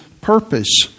purpose